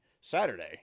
Saturday